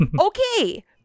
Okay